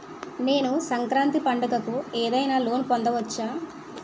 నేను సంక్రాంతి పండగ కు ఏదైనా లోన్ పొందవచ్చా?